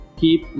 keep